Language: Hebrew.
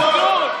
אחדות.